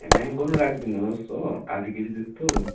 mango नि राखिदिनुहोस् हो आधा केजी जस्तो